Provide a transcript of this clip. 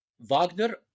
Wagner